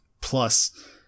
plus